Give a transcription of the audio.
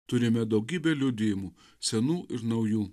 turime daugybę liudijimų senų ir naujų